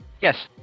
Yes